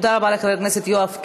תודה רבה לחבר הכנסת יואב קיש.